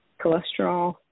cholesterol